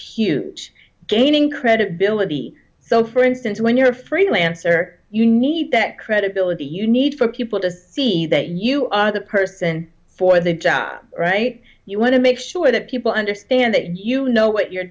huge gaining credibility so for instance when you're a freelancer you need that credibility you need for people to see that you are the person for the job right you want to make sure that people understand that you know what you're